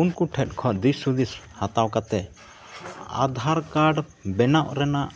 ᱩᱱᱠᱩ ᱴᱷᱮᱡ ᱠᱷᱚᱱ ᱫᱤᱥᱼᱦᱩᱫᱤᱥ ᱦᱟᱛᱟᱣ ᱠᱟᱛᱮᱫ ᱵᱮᱱᱟᱜ ᱨᱮᱱᱟᱜ